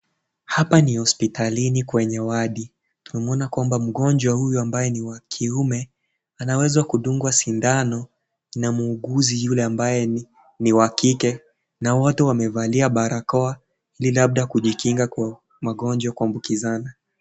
Hapa ni hospitalini kwenye wadi, tunamwona kwamba mgonjwa huyu ambaye ni wa kiume, anaweza kudungwa sindano na muuguzi yule ambaye ni ni wa kike, na wote wamevalia barakoa ili labda kujikinga na magonjwa kuambukizana.